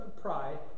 pride